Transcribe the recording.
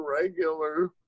regular